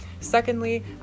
Secondly